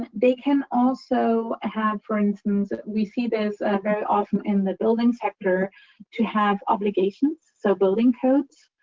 they can also have, for instance we see this very often in the building sector to have obligations. so, building codes,